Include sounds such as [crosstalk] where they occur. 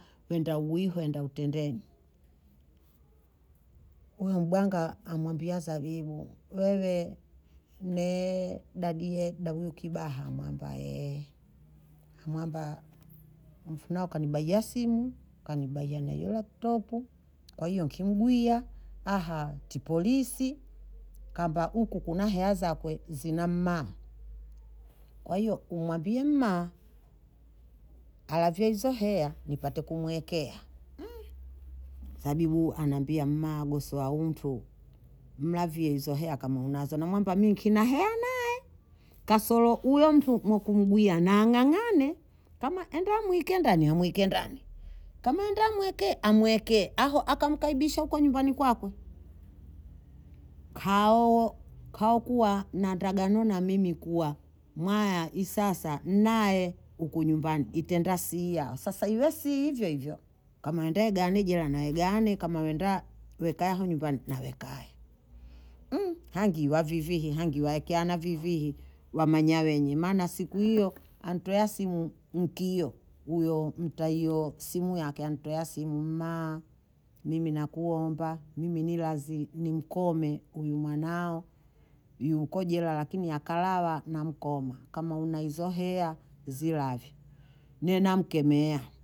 Wenda uhi wenda utendeni, huyo mbwanga [hesitation] a- amwambia zabibu wewe [hesitation] neee dadie dahuyu kibaha amwamba, [hesitation] amwamba mfunao kanibaiya simu, kanibaiya na hiyo laptopu, kwa hiyo nkimgwiya aha ti polisi kamba huku kuna heya zakwe zina mma, kwa hiyo umwambie mma, alavyee hizo heya npate kumwekea, [hesitation] zabibu anambia mma agosowa u mtu, mlavyee hizo heya kama unazo, namwambia mi nkina heya naye kasoro huyo mtu mwemkumgwiya na ang'ang'ane kama enda amweke ndani, amweke ndani, kama enda amwekee, amwekee, aho akamkaribisha huko nyumbani kwako, [hesitation] haoo hawakuwa nandagano na mimi kuwa mwaya hi sasa nnaye huku nyumbani itenda siya, sasa iwe siya hivyo hivyo kama enda aegani Jelani aegane, kama wenda wekaya aho nyumbani nawe kaye, [hesitation] hangi wa vivihi hangi waekeana vivihi, wamanya wenye maana siku hiyo antwea simu mkio huyo mtaio simu yake antwea simu, mma nakuomba, mimi ni radhi, ni mkome huyu mwanao yuko jela lakini akalawa namkoma kama una hizo heya zilavyee, ne namkemea